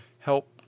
help